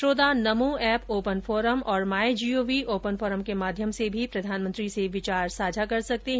श्रोता NaMo app open forum और MyGov open forum के माध्यम से भी प्रधानमंत्री से विचार साझा कर सकते हैं